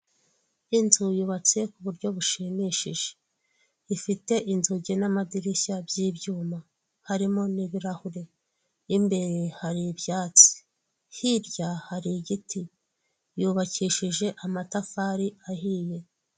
Inyubako ifite ibara ry'umweru ifite n'amadirishya y'umukara arimo utwuma, harimo amarido afite ibara ry'ubururu ndetse n'udutebe, ndetse hari n'akagare kicaramo abageze mu za bukuru ndetse n'abamugaye, harimo n'ifoto imanitsemo muri iyo nyubako.